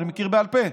אני מכיר בעל פה.